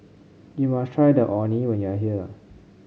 you must try the Orh Nee when you are here